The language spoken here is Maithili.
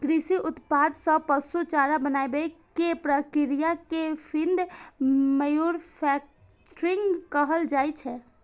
कृषि उत्पाद सं पशु चारा बनाबै के प्रक्रिया कें फीड मैन्यूफैक्चरिंग कहल जाइ छै